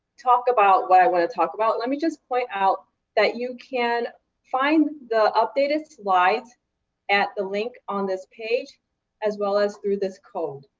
talk about what i want to talk about, let me just point out that you can find the updated slides at the link on this page as well as through this code.